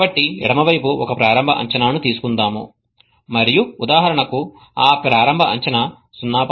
కాబట్టి ఎడమవైపు ఒక ప్రారంభ అంచనాను తీసుకుందాం మరియు ఉదాహరణకు ఆ ప్రారంభ అంచనా 0